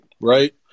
Right